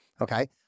Okay